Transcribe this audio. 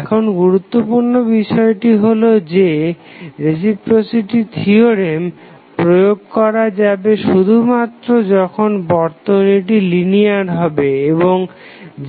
এখন গুরুত্বপূর্ণ বিষয়টি হলো যে রেসিপ্রোসিটি থিওরেম প্রয়োগ করা যাবে শুধুমাত্র যখন বর্তনীটি লিনিয়ার হবে এবং